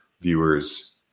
viewers